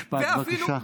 משפט, בבקשה.